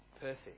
perfect